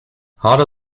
harder